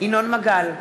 ינון מגל,